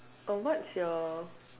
oh what's your